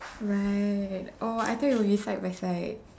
right oh I thought it will be side by side